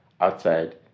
outside